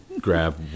grab